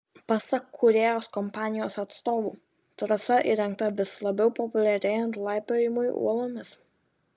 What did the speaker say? pasak kūrėjos kompanijos atstovų trasa įrengta vis labiau populiarėjant laipiojimui uolomis